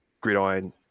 gridiron